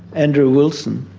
andrew wilson?